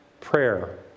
prayer